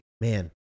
man